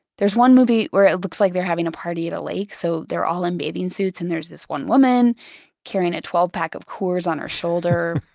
there's one movie where it looks like they're having a party at a lake, so they're all in bathing suits and there's this one woman carrying a twelve pack of coors on her shoulder.